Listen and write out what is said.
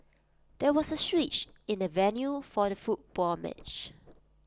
there was A switch in the venue for the football match